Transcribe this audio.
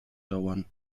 dauern